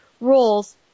rules